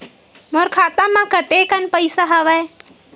मोर खाता म कतेकन पईसा हवय?